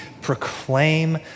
proclaim